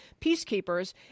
peacekeepers